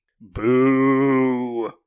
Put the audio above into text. Boo